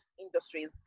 industries